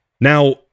Now-